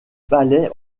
palais